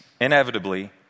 inevitably